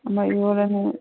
ꯑꯃ ꯏꯔꯣꯜꯂꯅꯤ